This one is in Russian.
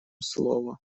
слово